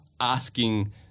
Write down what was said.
asking